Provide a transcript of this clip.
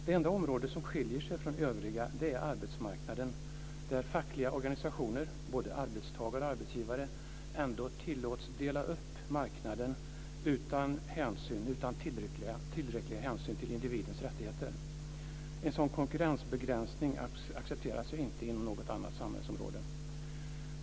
Det enda område som skiljer sig från övriga är arbetsmarknaden, där fackliga organisationer, både arbetstagare och arbetsgivare, ändå tillåts dela upp marknaden utan att tillräckliga hänsyn tas till individens rättigheter. En sådan konkurrensbegränsning accepteras inte inom något annat samhällsområde.